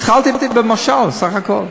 התחלתי במשל בסך הכול.